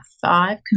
five